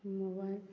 mobile